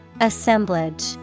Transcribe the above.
Assemblage